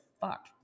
fuck